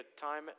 time